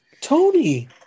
Tony